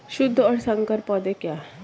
शुद्ध और संकर पौधे क्या हैं?